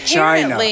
China